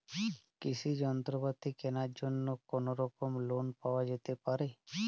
কৃষিযন্ত্রপাতি কেনার জন্য কোনোরকম লোন পাওয়া যেতে পারে?